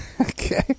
Okay